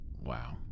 Wow